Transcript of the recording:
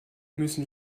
müssen